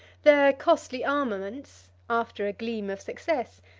their costly armaments, after a gleam of success,